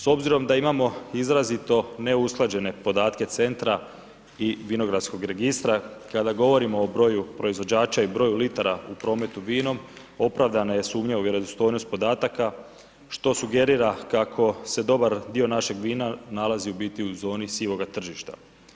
S obzirom da imamo izrazito ne usklađene podatke centra i vinogradskog registra, kada govorimo o broju proizvođača i broju litara u prometu vinom opravdana je sumnja u vjerodostojnost podataka, što sugerira kako se dobar dio naših vina nalazi u biti u zoni sivoga tržišta.